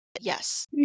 yes